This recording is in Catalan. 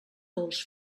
dolç